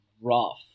rough